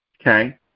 Okay